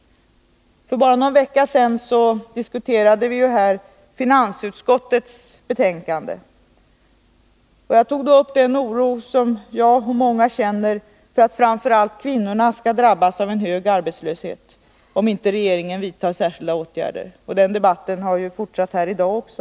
För bara någon vecka sedan diskuterade vi här i kammaren finansutskottets betänkande nr 10, och jag tog då upp den oro som jag och många andra känner för att framför allt kvinnorna skall drabbas av en hög arbetslöshet, om inte regeringen vidtar särskilda åtgärder. Den debatten har ju fortsatt här i dag också.